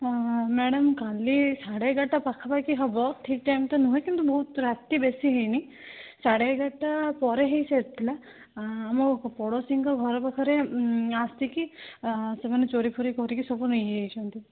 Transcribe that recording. ହଁ ମ୍ୟାଡ଼ାମ୍ କାଲି ସାଢ଼େ ଏଗାରଟା ପାଖାପାଖି ହେବ ଠିକ୍ ଟାଇମ୍ଟା ନୁହେଁ କିନ୍ତୁ ବହୁତ ରାତି ବେଶି ହେଇନି ସାଢ଼େ ଏଗାରଟା ପରେ ହେଇ ସାରିଥିଲା ଆମ ପଡ଼ୋଶୀଙ୍କ ଘର ପାଖରେ ଆସିକି ସେମାନେ ଚୋରି ଫୋରି କରିକି ସବୁ ନେଇଯାଇଛନ୍ତି